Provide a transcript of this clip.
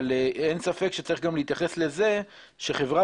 אבל אין ספק שיש להתייחס לזה שחברה